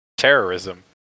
terrorism